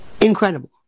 Incredible